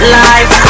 life